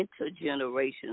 intergenerational